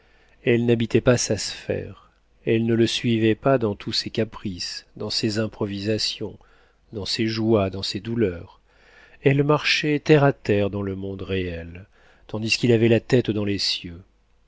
elle n'habitait pas sa sphère elle ne le suivait pas dans tous ses caprices dans ses improvisations dans ses joies dans ses douleurs elle marchait terre à terre dans le monde réel tandis qu'il avait la tête dans les cieux